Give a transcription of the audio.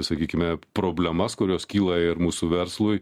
sakykime problemas kurios kyla ir mūsų verslui